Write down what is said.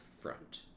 front